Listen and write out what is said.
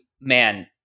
man